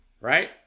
right